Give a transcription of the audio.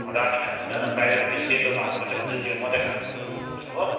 रानी खानु हुँदैन बाहिरको त्यो सेतो भाग हुन्छ त्यो मात्रै खानुपर्छ बुझ्नुभयो